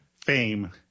Fame